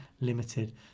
Limited